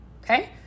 Okay